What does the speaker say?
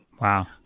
Wow